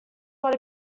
what